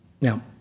Now